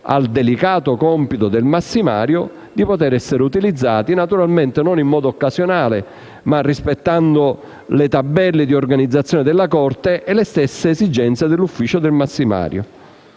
al delicato compito del massimario, naturalmente non in modo occasionale ma rispettando le tabelle di organizzazione della Corte e le stesse esigenze dell'ufficio del massimario.